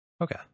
okay